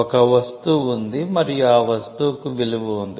ఒక వస్తువు ఉంది మరియు ఆ వస్తువుకు విలువ ఉంది